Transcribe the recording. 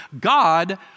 God